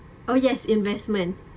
oh yes investment